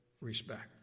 respect